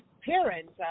parents